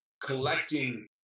collecting